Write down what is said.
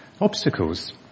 obstacles